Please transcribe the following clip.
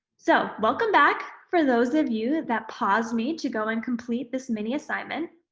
so welcome back. for those of you that pause me to go and complete this mini assignment,